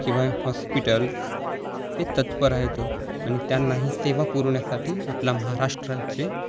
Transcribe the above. किंवा हॉस्पिटल्स हे तत्पर आहेतं आणि त्यांनाही सेवा पुरवण्यासाठी आपला महाराष्ट्र राज्य